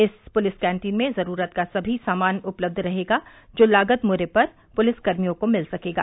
इस police canteen में ज़रूरत का सभी सामान उपलब्ध रहेगा जो लागत मूल्य पर पुलिस कर्मियों को मिल सकेगा